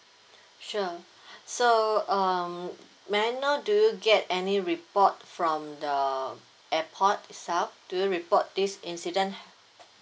sure so um may I know do you get any report from the airport itself do you report this incident